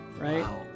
right